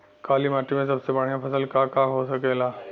काली माटी में सबसे बढ़िया फसल का का हो सकेला?